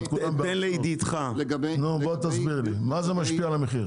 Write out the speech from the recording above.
תסביר לי מה זה משפיע על המחיר.